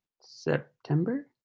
september